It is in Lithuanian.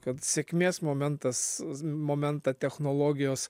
kad sėkmės momentas momentą technologijos